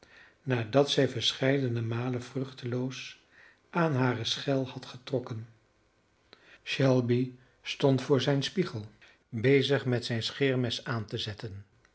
nadat zij verscheidene malen vruchteloos aan hare schel had getrokken shelby stond voor zijnen spiegel bezig met zijn scheermes aan te zetten